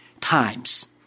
times